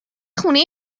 خونه